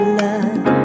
love